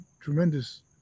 tremendous